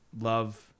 love